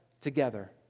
together